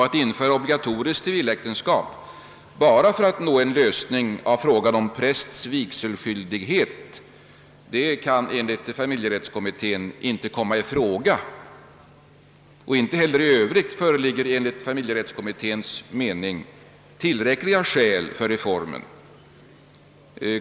Att införa obligatoriskt civiläktenskap bara för att nå en lösning av problemet om prästs vigselskyldighet kan enligt familjerättskommittén inte komma i fråga. Inte heller i övrigt föreligger enligt familjerättskommitténs mening tillräckliga skäl för reformen.